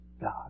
God